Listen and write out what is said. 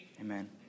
Amen